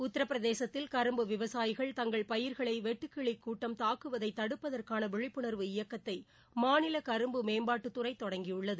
உத்திரபிரசேதத்தில் கரும்பு விவசாயிகள் தங்கள் பயிர்களை வெட்டுக்கிளி கூட்டம் தாக்குவதை தடுப்பதற்கான விழிப்புணர்வு இயக்கத்தை மாநில கரும்பு மேம்பாட்டுத்துறை தொடங்கியுள்ளது